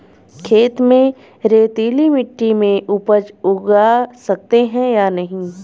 खेत में रेतीली मिटी में उपज उगा सकते हैं या नहीं?